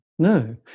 No